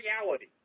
reality